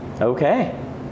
Okay